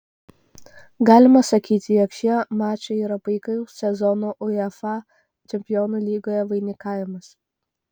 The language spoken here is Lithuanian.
galima sakyti jog šie mačai yra puikaus sezono uefa čempionų lygoje vainikavimas